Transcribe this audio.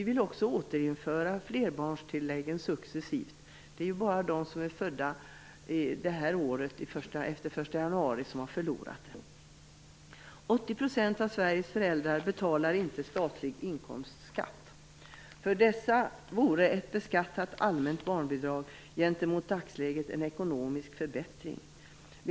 Vill också återinföra flerbarnstilläggen successivt. Det är bara de som är födda efter den 1 januari i år som har förlorat det. 80 % av föräldrarna i Sverige betalar inte statlig inkomstskatt. För dessa vore ett beskattat allmänt barnbidrag en ekonomisk förbättring gentemot dagsläget.